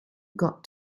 got